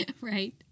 Right